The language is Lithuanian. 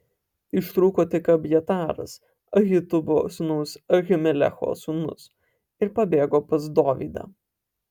ištrūko tik abjataras ahitubo sūnaus ahimelecho sūnus ir pabėgo pas dovydą